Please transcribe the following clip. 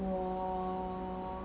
我